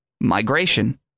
Migration